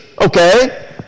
okay